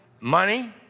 Money